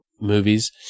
movies